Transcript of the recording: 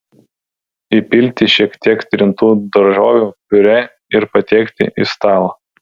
įpilti šiek tiek trintų daržovių piurė ir patiekti į stalą